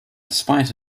spite